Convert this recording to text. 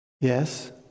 Yes